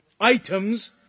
items